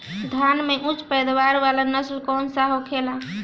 धान में उच्च पैदावार वाला नस्ल कौन सा होखेला?